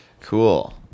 Cool